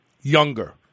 younger